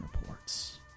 reports